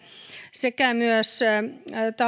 sekä myös